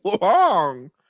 long